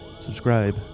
subscribe